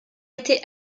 été